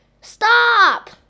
Stop